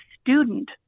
student